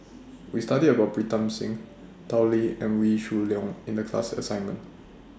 We studied about Pritam Singh Tao Li and Wee Shoo Leong in The class assignment